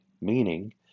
meaning